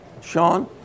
Sean